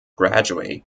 graduate